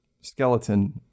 skeleton